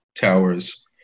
towers